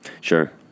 sure